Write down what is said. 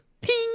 ping